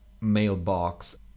mailbox